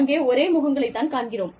அங்கே ஒரே முகங்களைத் தான் காண்கிறோம்